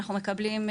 אנחנו מקבלים,